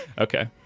Okay